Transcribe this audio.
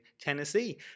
Tennessee